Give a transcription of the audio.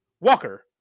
Walker